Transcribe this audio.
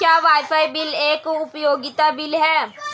क्या wifi bill एक उपयोगिता बिल है?